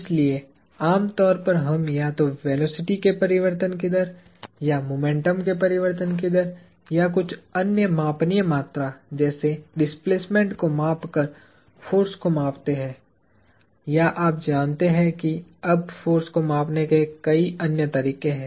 इसलिए आम तौर पर हम या तो वेलोसिटी के परिवर्तन की दर या मोमेंटम के परिवर्तन की दर या कुछ अन्य मापनीय मात्रा जैसे डिस्प्लेसमेन्ट को मापकर फोर्स को मापते हैं या आप जानते हैं कि अब फोर्स को मापने के कई अन्य तरीके हैं